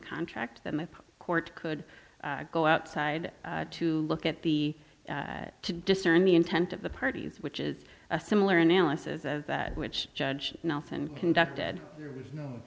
contract that my court could go outside to look at the to discern the intent of the parties which is a similar analysis as that which judge nelson conducted there was no